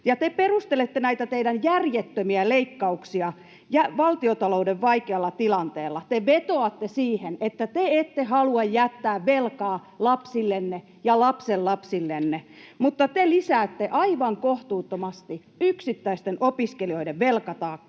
Te perustelette näitä teidän järjettömiä leikkauksianne valtiontalouden vaikealla tilanteella. Te vetoatte siihen, että te ette halua jättää velkaa lapsillenne ja lapsenlapsillenne, mutta te lisäätte aivan kohtuuttomasti yksittäisten opiskelijoiden velkataakkaa,